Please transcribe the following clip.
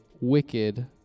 Wicked